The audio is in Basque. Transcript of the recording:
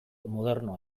moderno